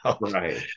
Right